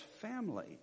family